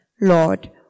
Lord